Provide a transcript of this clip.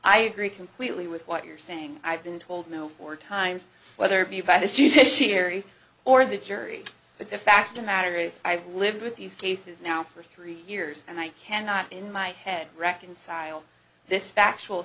i agree completely with what you're saying i've been told no more times whether it be back as you say sherry or the jury but the fact of matter is i've lived with these cases now for three years and i cannot in my head reconcile this factual